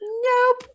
nope